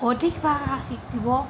অধিক ভাষা শিকিব